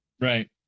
Right